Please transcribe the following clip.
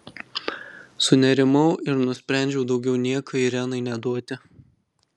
sunerimau ir nusprendžiau daugiau nieko irenai neduoti